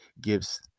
gives